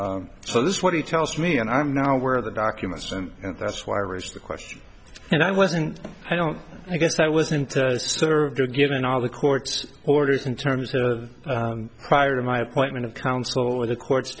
this so this is what he tells me and i'm now where the documents and that's why i raised the question and i wasn't i don't i guess i wasn't served or given all the court's orders in terms of prior to my appointment of counsel or the court